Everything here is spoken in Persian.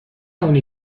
اونی